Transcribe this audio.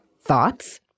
thoughts